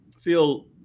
feel